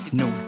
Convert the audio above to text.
no